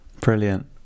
Brilliant